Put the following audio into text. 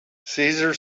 caesar